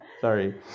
sorry